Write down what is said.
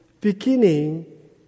beginning